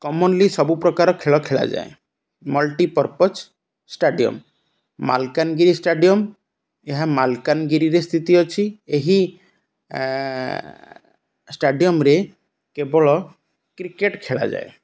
commonly ସବୁପ୍ରକାର ଖେଳ ଖେଳାଯାଏ ମଲ୍ଟିପର୍ପଜ୍ ଷ୍ଟାଡ଼ିୟମ୍ ମାଲକାନ୍ଗିରି ଷ୍ଟାଡ଼ିୟମ୍ ଏହା ମାଲକାନଗିରିରେ ସ୍ଥିତି ଅଛି ଏହି ଷ୍ଟାଡ଼ିୟମ୍ରେ କେବଳ କ୍ରିକେଟ୍ ଖେଳାଯାଏ